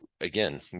again